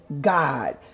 God